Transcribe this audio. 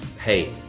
hey,